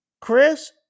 Chris